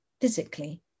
physically